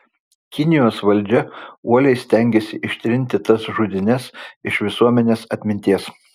kinijos valdžia uoliai stengėsi ištrinti tas žudynes iš visuomenės atminties